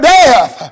death